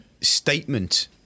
statement